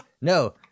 No